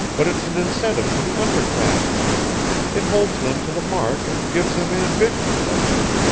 but it's an incentive to the under-classmen it holds them to the mark and gives them ambition, doesn't it?